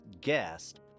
guest